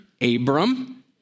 Abram